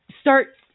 start